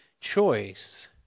choice